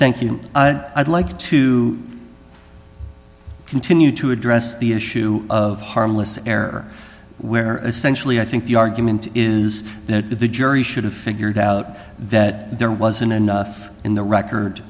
thank you and i'd like to continue to address the issue of harmless error where essentially i think the argument is that the jury should have figured out that there wasn't enough in the record